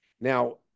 Now